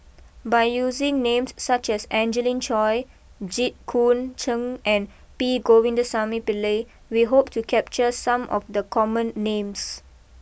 by using names such as Angelina Choy Jit Koon Cheng and P Govindasamy Pillai we hope to capture some of the common names